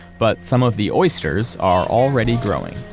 but some of the oysters are already growing